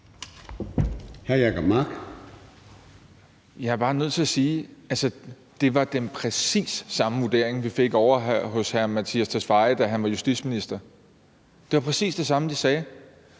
Jeg er bare nødt til sige, at det var præcis den samme vurdering, som vi fik ovre hos hr. Mattias Tesfaye, da han var justitsminister. Det var præcis det samme, de sagde,